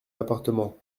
appartement